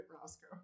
Roscoe